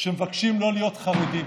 שמבקשים לא להיות חרדים,